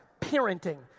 parenting